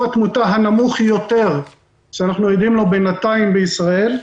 התמותה הנמוך יותר שאנחנו עדים לו בינתיים בישראל,